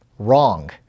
wrong